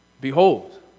Behold